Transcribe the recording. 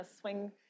swing